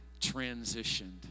transitioned